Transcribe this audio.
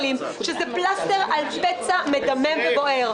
שזה פלסטר על פצע מדמם ובוער.